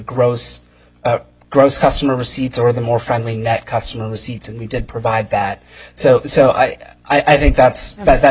gross gross customer receipts or the more friendly net customer seats and we did provide that so so i i think that's about that